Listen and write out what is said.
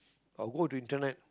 I'll go to internet